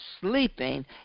sleeping